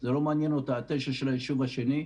זה לא מעניין ה-9 של היישוב השני,